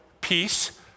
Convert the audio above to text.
peace